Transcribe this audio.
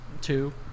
two